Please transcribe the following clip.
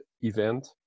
event